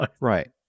Right